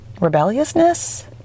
Rebelliousness